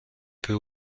peut